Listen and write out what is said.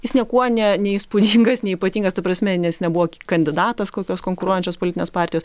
jis niekuo ne neįspūdingas neypatingas ta prasme nes nebuvo kandidatas kokios konkuruojančios politinės partijos